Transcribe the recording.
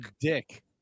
dick